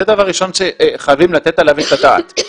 זה דבר ראשון שחייבים לתת עליו את הדעת.